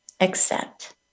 accept